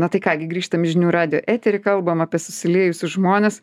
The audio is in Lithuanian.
na tai ką gi grįžtam į žinių radijo eterį kalbam apie susiliejusius žmones